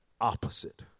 opposite